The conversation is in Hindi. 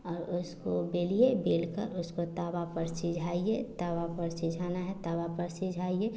और उसको बेलिए बेलकर उसको तवा पर सिझाइए तवा पर सिझाना है तवा पर सिझाइए